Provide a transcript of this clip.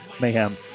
Mayhem